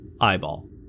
eyeball